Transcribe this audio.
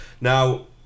now